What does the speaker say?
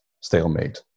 stalemate